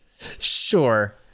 sure